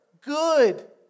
good